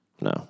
No